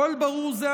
קול ברור זה,